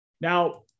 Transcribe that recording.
Now